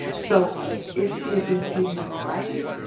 so if she had been feeding a variety,